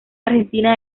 argentina